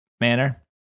manner